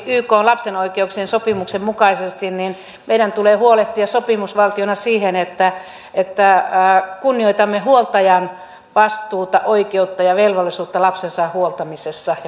ykn lapsen oikeuksien sopimuksen mukaisesti meidän tulee huolehtia sopimusvaltiona siitä että kunnioitamme huoltajan vastuuta oikeutta ja velvollisuutta lapsensa huoltamisessa ja kasvattamisessa